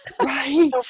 Right